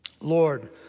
Lord